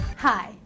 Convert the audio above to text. Hi